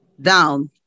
down